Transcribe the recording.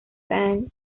and